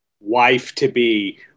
wife-to-be